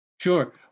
Sure